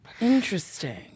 Interesting